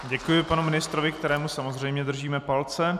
Děkuji panu ministrovi, kterému samozřejmě držíme palce.